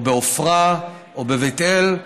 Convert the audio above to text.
או במעלה אדומים או בעופרה או בבית אל,